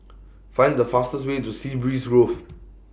Find The fastest Way to Sea Breeze Roof